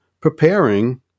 preparing